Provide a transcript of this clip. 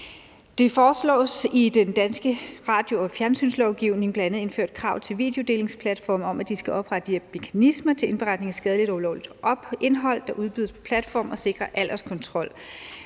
Det foreslås, at der i den danske radio- og fjernsynslovgivning bl.a. indføres krav til videodelingsplatforme om, at de skal oprette mekanismer til indberetning af skadeligt og ulovligt indhold, der udbydes på platformene, og sikre alderskontrol.